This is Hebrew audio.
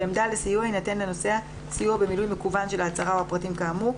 בעמדה לסיוע יינתן לנוסע סיוע במילוי מקוון של ההצהרה או הפרטים כאמור,